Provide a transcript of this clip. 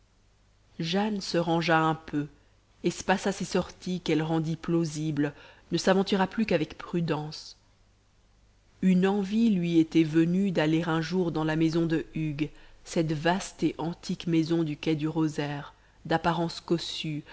jane se rangea un peu espaça ses sorties qu'elle rendit plausibles ne s'aventura plus qu'avec prudence une envie lui était venue d'aller un jour dans la maison de hugues cette vaste et antique maison du quai du rosaire d'apparence cossue